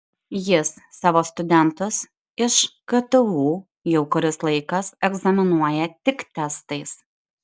jis savo studentus iš ktu jau kuris laikas egzaminuoja tik testais